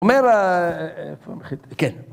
אומר... כן.